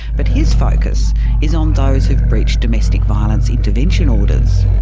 but his focus is on those who've breached domestic violence intervention orders.